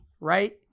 right